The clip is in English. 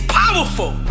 powerful